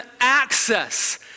access